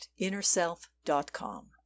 InnerSelf.com